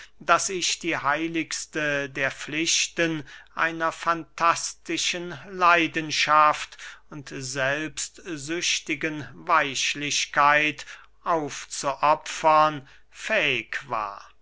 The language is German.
daß ich die heiligste der pflichten einer fantastischen leidenschaft und selbstsüchtigen weichlichkeit aufzuopfern fähig war